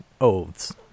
oaths